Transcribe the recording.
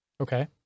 Okay